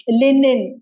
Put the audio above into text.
linen